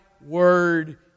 word